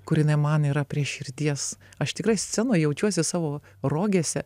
kur jinai man yra prie širdies aš tikrai scenoj jaučiuosi savo rogėse